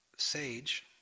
Sage